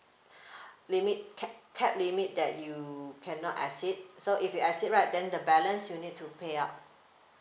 limit cap cap limit that you cannot exceed so if you exceed right then the balance you need to pay up